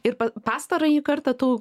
ir pastarąjį kartą tu